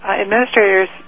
administrators